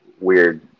weird